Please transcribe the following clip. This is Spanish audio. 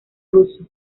ruso